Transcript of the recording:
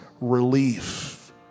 relief